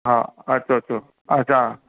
हा अचो अचो अच्छा